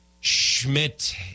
Schmidt